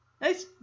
Nice